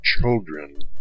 children